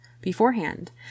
beforehand